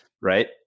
right